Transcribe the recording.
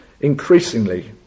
increasingly